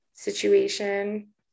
situation